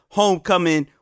homecoming